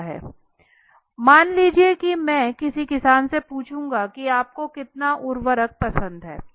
उदाहरण के लिए मान लीजिए कि मैं किसी किसान से पूछूंगा कि आपको कितना उर्वरक पसंद है